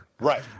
right